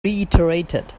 reiterated